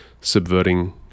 subverting